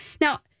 Now